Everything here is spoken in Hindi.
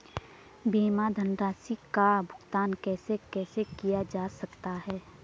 बीमा धनराशि का भुगतान कैसे कैसे किया जा सकता है?